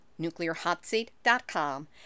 NuclearHotSeat.com